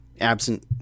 absent